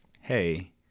hey